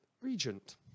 Regent